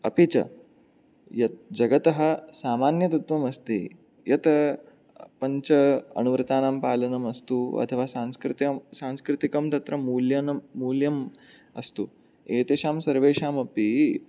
अपि च यत् जगतः सामान्यतत्त्वमस्ति यत् पञ्च अनुवृत्तानां पालनामस्तु अथवा सांस्कृतं सांस्कृतिकं तत्र मूल्यनं मूल्यं अस्तु एतेषां सर्वेषामपि